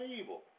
evil